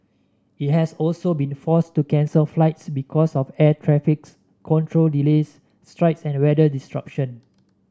it has also been forced to cancel flights because of air traffic control delays strikes and weather disruption